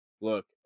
Look